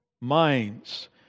minds